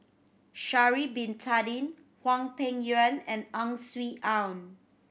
Sha'ari Bin Tadin Hwang Peng Yuan and Ang Swee Aun